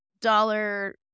dollar